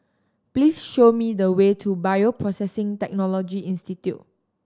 please show me the way to Bioprocessing Technology Institute